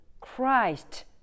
Christ